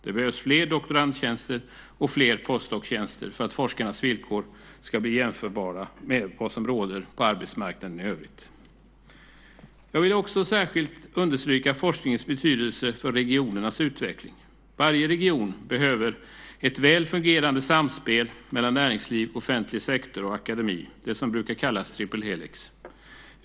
Det behövs fler doktorandtjänster och fler postdoktorstjänster för att forskarnas villkor ska bli jämförbara med vad som råder på arbetsmarknaden i övrigt. Jag vill också särskilt understryka forskningens betydelse för regionernas utveckling. Varje region behöver ett väl fungerande samspel mellan näringsliv, offentlig sektor och akademi, det som brukar kallas Triple Helix.